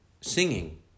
singing